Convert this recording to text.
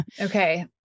Okay